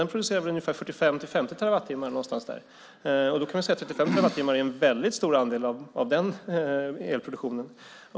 Den producerar väl 45-50 terawattimmar, någonstans där. Då kan man säga att 35 terawattimmar är en väldigt stor andel av den elproduktionen.